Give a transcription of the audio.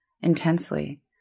intensely